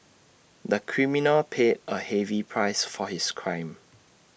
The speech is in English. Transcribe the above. the criminal paid A heavy price for his crime